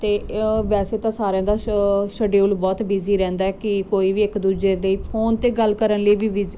ਅਤੇ ਵੈਸੇ ਤਾਂ ਸਾਰਿਆਂ ਦਾ ਸ਼ ਸ਼ਡਿਊਲ ਬਹੁਤ ਬਿਜ਼ੀ ਰਹਿੰਦਾ ਕਿ ਕੋਈ ਵੀ ਇੱਕ ਦੂਜੇ ਲਈ ਫੋਨ 'ਤੇ ਗੱਲ ਕਰਨ ਲਈ ਵੀ ਬਿਜ਼